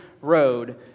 road